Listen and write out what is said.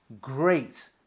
great